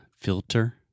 filter